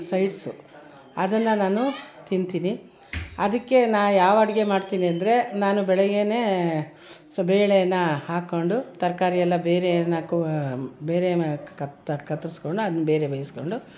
sides ಅದನ್ನು ನಾನು ತಿಂತೀನಿ ಅದಕ್ಕೆ ನಾನು ಯಾವ ಅಡುಗೆ ಮಾಡ್ತೀನಿ ಅಂದರೆ ನಾನು ಬೆಳಗ್ಗೆಯೇ ಸೊ ಬೇಳೆನ ಹಾಕ್ಕೊಂಡು ತರಕಾರಿಯೆಲ್ಲ ಬೇರೆ ಏನು ಹಾಕುವ ಬೇರೆ ಮ ಕತ್ತರ್ಸ್ಕೊಂಡು ಅದ್ನ ಬೇರೆ ಬೇಯಿಸಿಕೊಂಡು